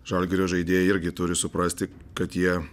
žalgirio žaidėjai irgi turi suprasti kad jie